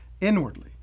inwardly